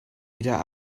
wieder